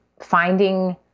finding